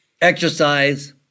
Exercise